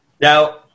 Now